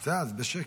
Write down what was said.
בסדר, אז בשקט.